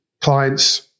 clients